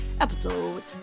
episode